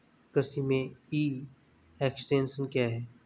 कृषि में e extension क्या है?